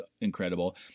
incredible